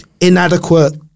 inadequate